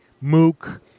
Mook